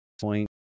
point